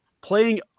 playing